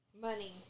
Money